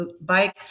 bike